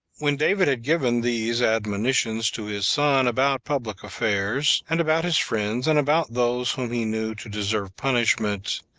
when david had given these admonitions to his son about public affairs, and about his friends, and about those whom he knew to deserve punishment,